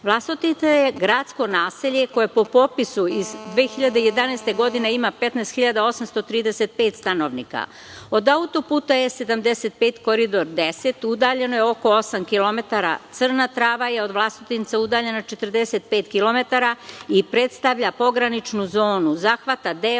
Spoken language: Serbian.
Vlasotince je gradsko naselje koje po popisu iz 2011. godine ima 15.835 stanovnika. Od auto-puta E75 Koridor 10 udaljen je oko 8 km. Crna Trava je od Vlasotinca udaljena 45 km i predstavlja pograničnu zonu. Zahvata deo